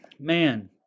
Man